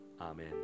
Amen